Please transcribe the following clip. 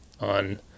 on